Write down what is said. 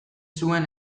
zuen